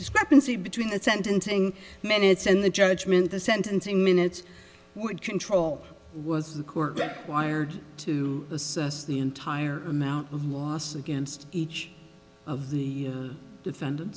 discrepancy between the sentencing minutes and the judgment the sentencing minutes would control was the court wired to assess the entire amount of loss against each of the defendant